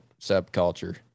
subculture